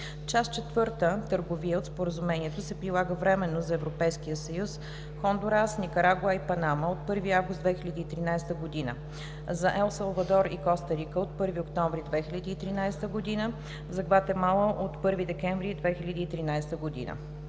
Част IV – „Търговия“, от Споразумението се прилага временно за Европейския съюз, Хондурас, Никарагуа и Панама от 1 август 2013 г., за Ел Салвадор и Коста Рика – от 1 октомври 2013 г., за Гватемала – от 1 декември 2013 г.